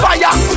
Fire